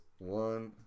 One